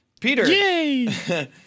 Peter